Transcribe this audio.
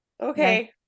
Okay